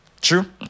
True